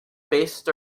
based